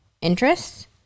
interests